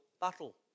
battle